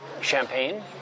champagne